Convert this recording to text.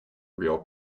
real